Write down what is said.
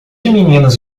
meninos